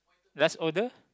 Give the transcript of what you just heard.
let's order